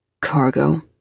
Cargo